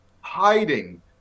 hiding